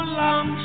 long